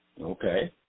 Okay